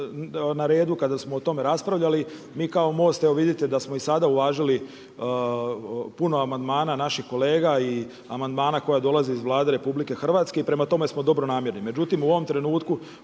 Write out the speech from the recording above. na redu, kada smo o tome raspravljali, mi kao MOST, evo vidite da smo i sada uvažili puno amandmana naših kolega i amandmana koje dolaze iz Vlade RH i prema tome smo dobronamjerni. Međutim u ovom trenutku,